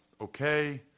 okay